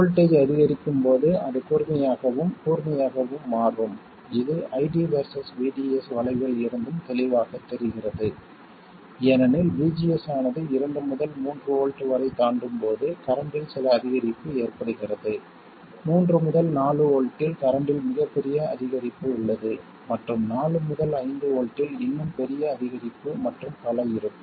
voltage அதிகரிக்கும் போது அது கூர்மையாகவும் கூர்மையாகவும் மாறும் இது ID வெர்சஸ் VDS வளைவில் இருந்தும் தெளிவாகத் தெரிகிறது ஏனெனில் VGS ஆனது 2 முதல் 3 வோல்ட் வரை தாண்டும்போது கரண்ட்டில் சில அதிகரிப்பு ஏற்படுகிறது 3 முதல் 4 வோல்ட்டில் கரண்ட்டில் மிகப் பெரிய அதிகரிப்பு உள்ளது மற்றும் 4 முதல் 5 வோல்ட்டில் இன்னும் பெரிய அதிகரிப்பு மற்றும் பல இருக்கும்